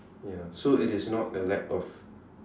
ya so it is not a lack of